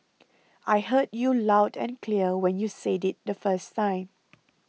I heard you loud and clear when you said it the first time